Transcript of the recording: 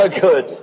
good